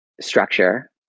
structure